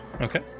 Okay